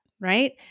right